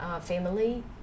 Family